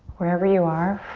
wherever you are,